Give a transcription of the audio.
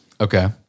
Okay